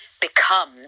become